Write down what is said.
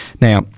Now